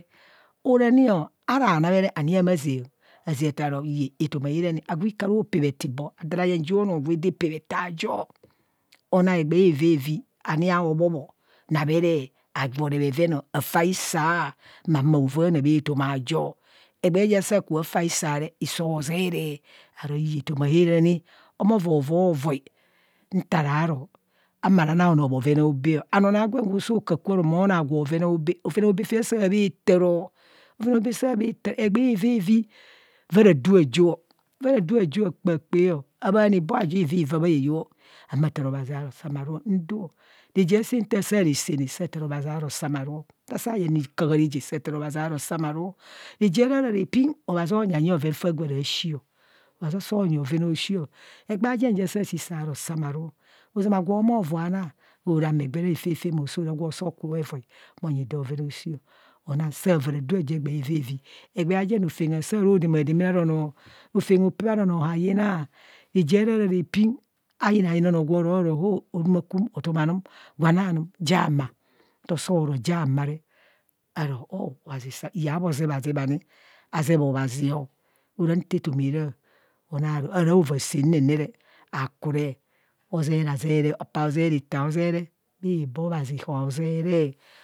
Orani o, ara anamere ani ama zeng o. Ozaa ataro etoma hara ni. Agwo ika ro opee atibho adara yeng jo onoo je daa pee ataa ajo ana egbee avavi ani hao bub ọ namere agwome bheven ọ afaa hisaa maa humo aovaana bha etoma ajo egbee ja saa kubha ta hisaare hiso hozeree, aro iye etoma hạra ni homo vovovai nta ra ro humo ara na anoo bhoven aobee ọ and onoo agwen gwo soi kaku oro moo na agwo bhoven aobee, bhoven aobee fe asaa khaa tạạro bhoven aobee saa bha taa egbee avavie vaa ra duu ajo varaa duu ajo akpakpaa ọ bhaana ibo aju ivivaa bha heyo ọ maa taa abhazi aro samaru ndoo. Reje asen nta saa resene saa taar obhazi aro samaru ọ nta saa yen hokaha reje saa taar obhazi aro samaru ọ, reje arara piin obhazi onyanyi faa gwo ara shii o. Obhazi osoo nyi obhoven oshi. Egbee ajen ja saa shii saro samaruo ozama agwo homovai ana, soo ra mee gwe re ha fafe mo soo ra gwo soo kubho evoi onyi do bhoven aoshio onang saa vaa raduu egbee evavi, egbee ajen rofem asaa rodama damana ara onọọ rofem hopee ara noo hayina reje arara rapiin ayineyina onoo gwo rọ ro orumakwum, otumanum, gwananum jiama. Nto soo ro jiama re aro o obhazi sam iye habho zebazab ani a zeb obhazi ora nta etoma ara. Ona aru ahara ova see ne nere akure hozeree a zeree apuu zeree ato a zeree, bhibo obhazi hozeree.